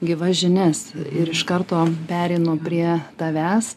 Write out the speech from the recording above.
gyva žinias ir iš karto pereinu prie tavęs